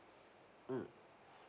mm